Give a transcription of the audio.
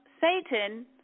Satan